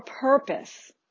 purpose